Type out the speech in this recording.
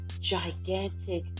gigantic